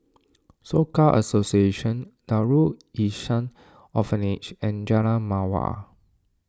Soka Association Darul Ihsan Orphanage and Jalan Mawar